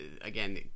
again